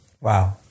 wow